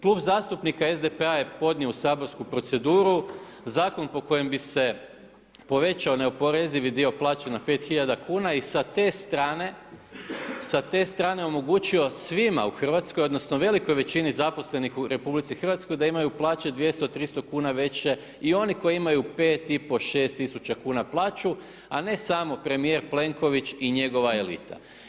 Klub zastupnika SDP-a je podnio u saborsku proceduru zakon po kojem bi se povećao neoporezivi dio plaće na 5000 kuna i sa te strane omogućio svima u Hrvatskoj odnosno velikoj većini zaposlenih u RH, da imaju plaće 200, 300 kuna veće i oni koji imaju 5500, 6000 plaću a ne samo premijer Plenković i njegova elita.